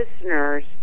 listeners